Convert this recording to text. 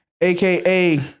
Aka